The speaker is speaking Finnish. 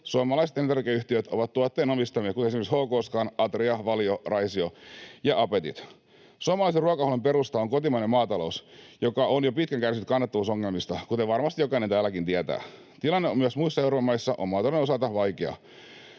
suomalaiset elintarvikeyhtiöt ovat tuottajien omistamia, esimerkiksi HK-Scan, Atria, Valio, Raisio ja Apetit. Suomalaisen ruokahuollon perusta on kotimainen maatalous, joka on jo pitkään kärsinyt kannattavuusongelmista, kuten varmasti jokainen täälläkin tietää. Tilanne on myös muissa Euroopan maissa maatalouden osalta vaikea.